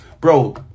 Bro